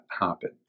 happen